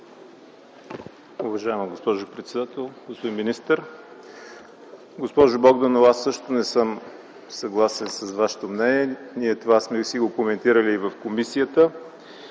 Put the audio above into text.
Уважаема госпожо председател, господин министър! Госпожо Богданова, аз също не съм съгласен с Вашето мнение, това сме го коментирали и в комисията.